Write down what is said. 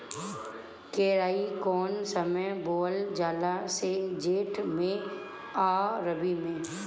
केराई कौने समय बोअल जाला जेठ मैं आ रबी में?